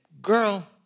girl